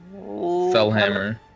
Fellhammer